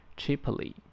cheaply